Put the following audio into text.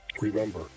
Remember